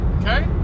Okay